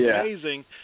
amazing